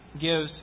gives